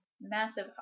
massive